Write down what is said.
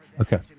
Okay